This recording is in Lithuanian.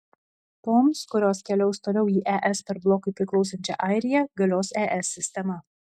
toms kurios keliaus toliau į es per blokui priklausančią airiją galios es sistema